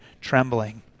trembling